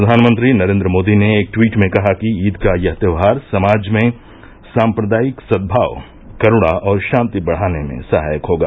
प्रधानमंत्री नरेन्द्र मोदी ने एक ट्वीट में कहा कि ईद का यह त्योहार समाज में साम्प्रदायिक सदभाव करूणा और शांति बढ़ाने में सहायक होगा